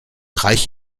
reich